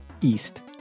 East